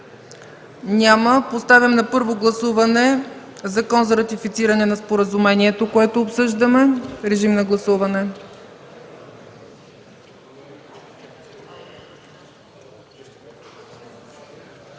Няма. Поставям на първо гласуване Законопроекта за ратифициране на споразумението, което обсъждаме. Гласували